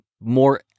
more